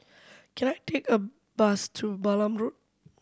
can I take a bus to Balam Road